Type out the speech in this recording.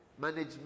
management